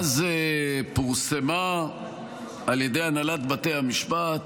ואז פורסמה על ידי הנהלת בתי המשפט